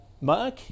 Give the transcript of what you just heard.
Mark